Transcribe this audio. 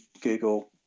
Google